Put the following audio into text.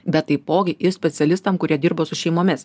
bet taipogi ir specialistam kurie dirba su šeimomis